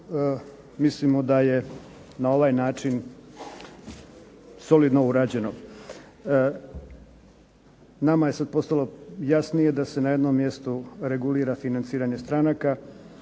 Mislimo da je na ovaj način solidno urađeno. Nama je sad postalo jasnije da se na jednom mjestu regulira financiranje stranaka,